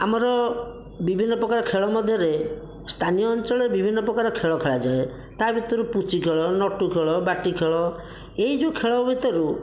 ଆମର ବିଭିନ୍ନ ପ୍ରକାର ଖେଳ ମଧ୍ୟରେ ସ୍ଥାନୀୟ ଅଞ୍ଚଳରେ ବିଭିନ୍ନ ପ୍ରକାର ଖେଳ ଖେଳାଯାଏ ତା' ଭିତରୁ ପୁଚି ଖେଳ ନଟୁ ଖେଳ ବାଟି ଖେଳ ଏହି ଯେଉଁ ଖେଳ ଭିତରୁ